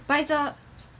but it's uh